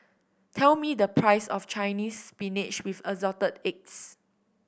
tell me the price of Chinese Spinach with Assorted Eggs